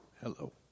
Hello